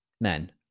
men